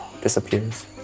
disappears